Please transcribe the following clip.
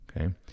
okay